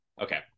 Okay